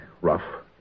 rough